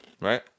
Right